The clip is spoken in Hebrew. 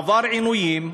עבר עינויים,